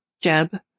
Jeb